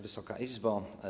Wysoka Izbo!